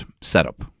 setup